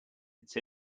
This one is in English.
its